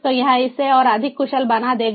तो यह इसे और अधिक कुशल बना देगा